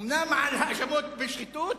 אומנם על האשמות בשחיתות,